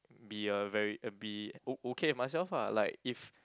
be a very be o~ okay with myself ah like if